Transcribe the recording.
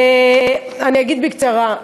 אני אגיד בקצרה.